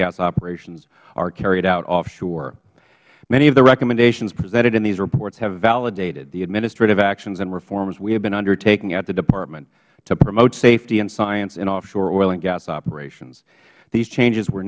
gas operations are carried out offshore many of the recommendations presented in these reports have validated the administrative actions and reforms we have been undertaking at the department to promote safety and science in offshore oil and gas operations these changes were